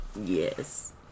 Yes